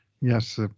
yes